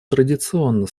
традиционно